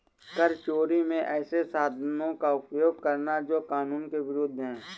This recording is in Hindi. कर चोरी में ऐसे साधनों का उपयोग करना जो कानून के विरूद्ध है